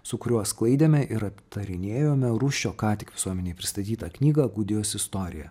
su kuriuo sklaidėme ir aptarinėjome rūsčio ką tik visuomenei pristatytą knygą gudijos istorija